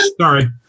Sorry